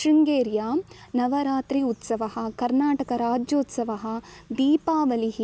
शृङ्गेर्यां नवरात्रिः उत्सवः कर्नाटकराज्योत्सवः दीपावलिः